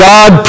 God